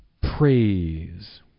Praise